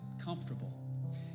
comfortable